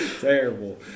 Terrible